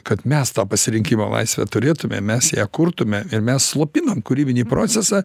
kad mes tą pasirinkimo laisvę turėtumėm mes ją kurtume ir mes slopinam kūrybinį procesą